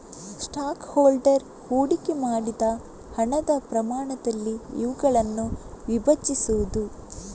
stock holder ಹೂಡಿಕೆ ಮಾಡಿದ ಹಣದ ಪ್ರಮಾಣದಲ್ಲಿ ಇವುಗಳನ್ನು ವಿಭಜಿಸುವುದು